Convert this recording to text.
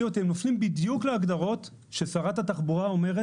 אותי שהם מפנים בדיוק להגדרות ששרת התחבורה אומרת